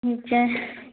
ठीक छै